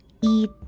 eat